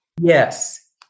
Yes